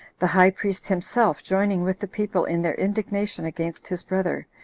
the high priest himself joining with the people in their indignation against his brother,